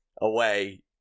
away